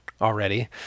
already